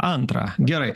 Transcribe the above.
antrą gerai